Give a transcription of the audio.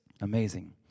amazing